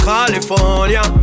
California